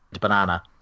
banana